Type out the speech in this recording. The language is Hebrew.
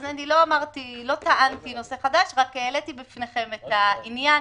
לא טענתי נושא חדש, רק העליתי בפניכם את העניין